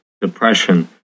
depression